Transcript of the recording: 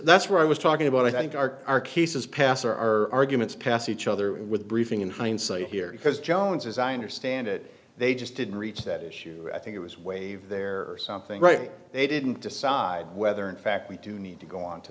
that's what i was talking about i think our our cases pass our units past each other with briefing in hindsight here because jones as i understand it they just didn't reach that issue i think it was waive their something right they didn't decide whether in fact we do need to go on to